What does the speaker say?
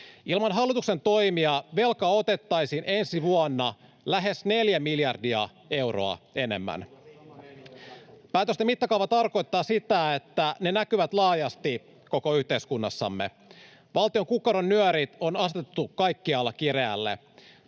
Ilman hallituksen toimia velkaa otettaisiin ensi vuonna lähes neljä miljardia euroa enemmän. Päätösten mittakaava tarkoittaa sitä, että ne näkyvät laajasti koko yhteiskunnassamme. Valtion kukkaronnyörit on asetettu kaikkialla kireälle.